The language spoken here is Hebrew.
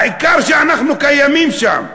העיקר שאנחנו קיימים שם.